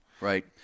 right